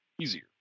easier